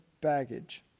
baggage